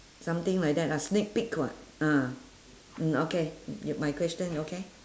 something like that lah sneak peek [what] ah mm okay y~ my question okay